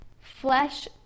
Flesh